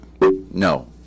no